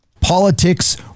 politics